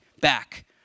back